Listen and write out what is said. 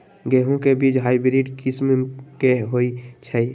गेंहू के बीज हाइब्रिड किस्म के होई छई?